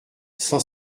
cent